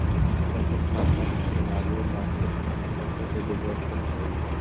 बचत खाता खोलबाबे ला केतना फोटो के जरूरत होतई?